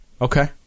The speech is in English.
Okay